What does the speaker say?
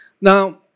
Now